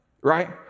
right